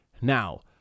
now